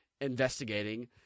investigating